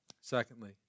Secondly